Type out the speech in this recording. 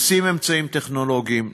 נשים אמצעים טכנולוגיים,